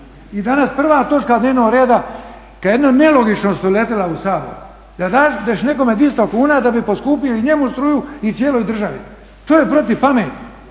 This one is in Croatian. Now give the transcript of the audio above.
I danas prva točka dnevnog reda kada je jedna nelogičnost uletila u Sabor kada dadneš nekome 200 kuna da bi poskupio i njemu struju i cijeloj državi, to je protiv pameti.